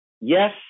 Yes